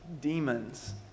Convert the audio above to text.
demons